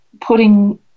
putting